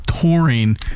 touring